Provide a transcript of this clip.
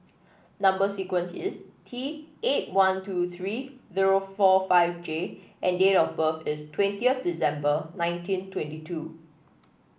number sequence is T eight one two three zero four five J and date of birth is twentieth December nineteen twenty two